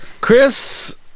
Chris